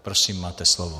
Prosím, máte slovo.